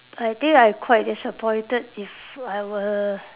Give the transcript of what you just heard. I think I quite disappointed if I were